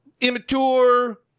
immature